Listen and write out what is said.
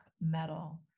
metal